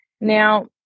Now